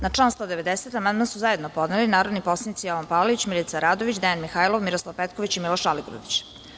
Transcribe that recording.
Na član 190. amandman su zajedno podneli narodni poslanici Jovan Palalić, Milica Radović, Dejan Mihajlov, Miroslav Petković i Miloš Aligrudić.